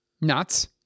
nuts